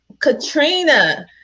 Katrina